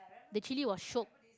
the chilli was shiok